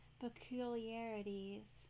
peculiarities